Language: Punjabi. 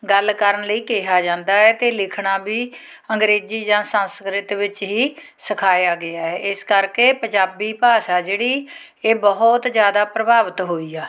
ਗੱਲ ਕਰਨ ਲਈ ਕਿਹਾ ਜਾਂਦਾ ਹੈ ਅਤੇ ਲਿਖਣਾ ਵੀ ਅੰਗਰੇਜ਼ੀ ਜਾਂ ਸੰਸਕ੍ਰਿਤ ਵਿੱਚ ਹੀ ਸਿਖਾਇਆ ਗਿਆ ਹੈ ਇਸ ਕਰਕੇ ਪੰਜਾਬੀ ਭਾਸ਼ਾ ਜਿਹੜੀ ਇਹ ਬਹੁਤ ਜ਼ਿਆਦਾ ਪ੍ਰਭਾਵਿਤ ਹੋਈ ਆ